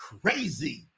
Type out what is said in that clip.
crazy